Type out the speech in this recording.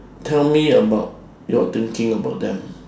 tell me about your thinking about them